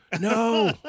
no